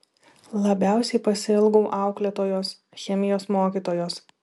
labiausiai pasiilgau auklėtojos chemijos mokytojos